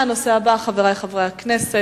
חברי חברי הכנסת,